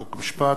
חוק ומשפט,